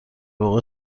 واقع